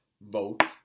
votes